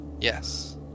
Yes